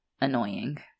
annoying